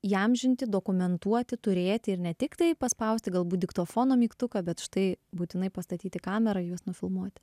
įamžinti dokumentuoti turėti ir ne tik tai paspausti galbūt diktofono mygtuką bet štai būtinai pastatyti kamerą juos nufilmuoti